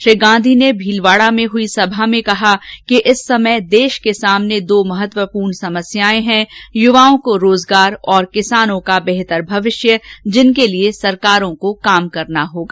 श्री गांधी ने भीलवाड़ा में हुई सभा में कहा कि इस समय देश के सामने दो महत्वपूर्ण समस्याएं हैं युवा को रोजगार और किसानों का बेहतर भविष्य जिनके लिए सरकारों को काम करना होगा